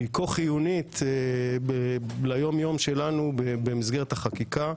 שהיא כה חיונית ליום יום שלנו במסגרת החקיקה.